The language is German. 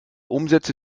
umsätze